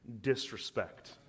disrespect